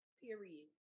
period